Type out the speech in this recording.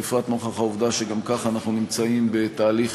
בפרט נוכח העובדה שגם ככה אנחנו נמצאים בתהליך